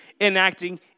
enacting